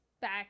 back